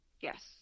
Yes